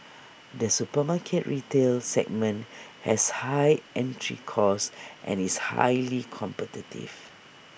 the supermarket retail segment has high entry costs and is highly competitive